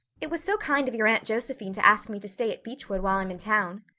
it was so kind of your aunt josephine to ask me to stay at beechwood while i'm in town.